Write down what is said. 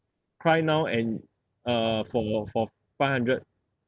cry now and uh for for five hundred